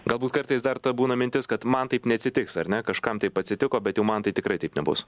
galbūt kartais dar ta būna mintis kad man taip neatsitiks ar ne kažkam taip atsitiko bet jau man tai tikrai taip nebus